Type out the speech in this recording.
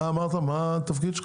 מה התפקיד שלך?